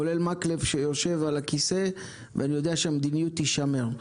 כולל מקלב שישב על הכיסא ואני ידעתי שהמדיניות תישמר.